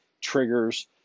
triggers